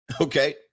okay